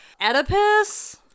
Oedipus